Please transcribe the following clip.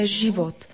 život